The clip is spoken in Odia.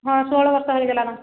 ହଁ ଷୋହଳ ବର୍ଷ ହେଇଗଲାନ